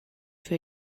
für